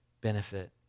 benefit